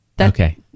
Okay